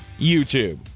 YouTube